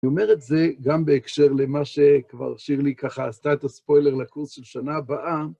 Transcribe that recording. אני אומר את זה גם בהקשר למה שכבר שירלי ככה, עשתה את הספוילר לקורס של שנה הבאה.